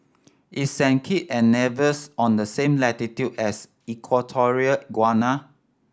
is Saint Kit and Nevis on the same latitude as Equatorial Guinea